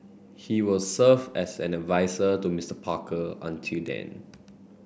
he will serve as an adviser to Mister Parker until then